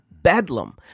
bedlam